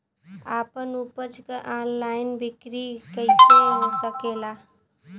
आपन उपज क ऑनलाइन बिक्री कइसे हो सकेला?